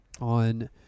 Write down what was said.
on